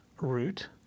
root